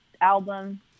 album